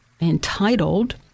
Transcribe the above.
entitled